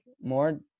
more